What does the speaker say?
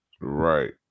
Right